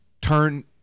turn